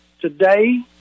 Today